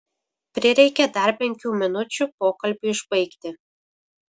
prireikė dar penkių minučių pokalbiui užbaigti